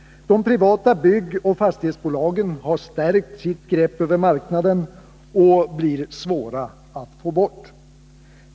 De privata byggoch fastighetsbolagen har stärkt sitt grepp över marknaden och blir svåra att få bort.